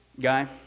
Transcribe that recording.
Guy